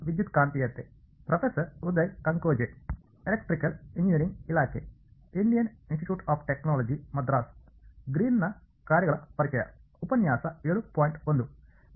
ಆದ್ದರಿಂದ ಇಂದಿನ ಮಾಡ್ಯೂಲ್ ನಾವು ಗ್ರೀನ್ಸ್ ಕಾರ್ಯಗಳ ಬಗ್ಗೆ ಮಾತನಾಡುತ್ತೇವೆ